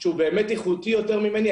שהוא באמת איכותי יותר ממני,